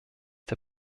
der